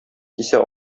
кисә